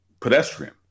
pedestrian